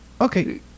okay